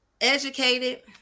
educated